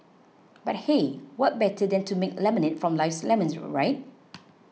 but hey what better than to make lemonade from life's lemons right